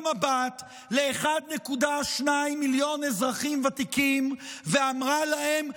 מבט למיליון ו-200,000 אזרחים ותיקים ואמרה להם: